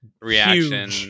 reaction